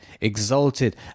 exalted